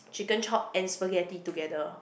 chicken chop and spaghetti together